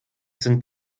sind